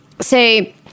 say